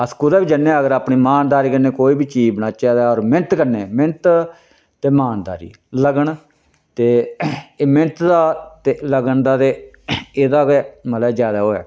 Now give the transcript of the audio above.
अस कुतै बी जन्नेआं अगर अपनी म्हानदारी कन्नै कोई बी चीज बनाचै ते होर मैह्नत कन्नै मैह्नत ते म्हानदारी लगन ते एह् मैह्नत दा ते लगन दा गै एह्दा गै मतलबै ज्यादा ओह् ऐ